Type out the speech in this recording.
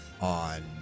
on